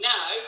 Now